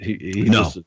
No